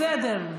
בסדר.